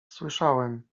słyszałem